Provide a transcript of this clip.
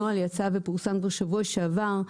הנוהל יצא ופורסם בשבוע שעבר,